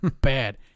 bad